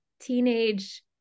Teenage